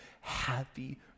happy